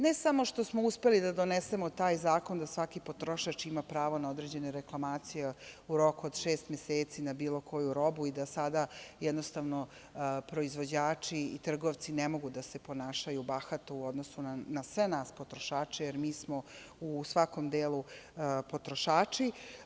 Ne samo što smo uspeli da donesemo taj zakon da svaki potrošač ima pravo na određene reklamacije u roku od šest meseci na bilo koju robu i da sada jednostavno proizvođači i trgovci ne mogu da se ponašaju bahato u odnosu na sve nas potrošače, jer mi smo u svakom delu potrošači.